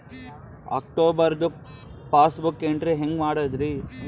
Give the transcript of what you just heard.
ಅಕ್ಟೋಬರ್ದು passbook entry ಹೆಂಗ್ ಮಾಡದ್ರಿ?